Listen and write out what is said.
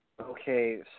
Okay